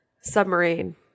submarine